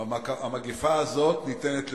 והמגפה הזאת ניתנת לבקרה.